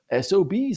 SOBs